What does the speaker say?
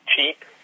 cheap